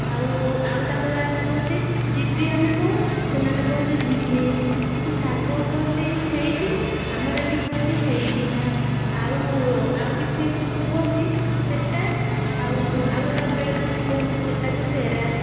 ଆଉ ଆଉ ତାଙ୍କ ଗାଁରେ ବି କୁହନ୍ତି ଯିବି ଆମେ କହୁ ସେମାନେ କୁହନ୍ତି ଯିମି କିଛି ସାଙ୍ଗ କୁହନ୍ତି ହେଇଟି ଆମର ଏଇଠି କୁହନ୍ତି ହେଇକିନା ଆଉ ଆଉ କିଛି ଲୋକ କୁହନ୍ତି ସେଇଟା ଆଉ ଆଉ ଗୋଟେ ଅଞ୍ଚଳରେ ସେଇଠି କୁହନ୍ତି ସେଟାକୁ ସେରା